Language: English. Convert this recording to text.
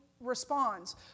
responds